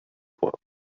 point